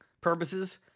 purposes